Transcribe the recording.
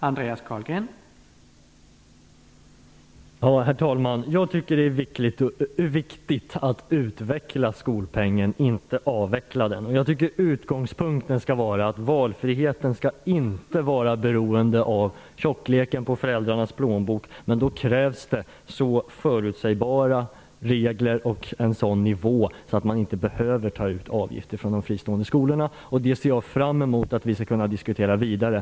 Herr talman! Jag tycker att det är viktigt att utveckla skolpengen, inte avveckla den. Jag tycker att utgångspunkten skall vara att valfriheten inte skall vara beroende av tjockleken på föräldrarnas plånbok. Men då krävs det så förutsägbara regler och en sådan nivå att de fristående skolorna inte behöver ta ut avgifter. Det ser jag fram emot att vi skall kunna diskutera vidare.